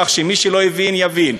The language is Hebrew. כך שמי שלא הבין יבין.